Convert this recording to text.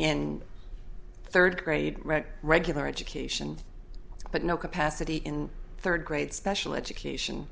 and third grade regular education but no capacity in third grade special education